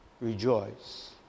rejoice